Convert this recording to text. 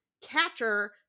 catcher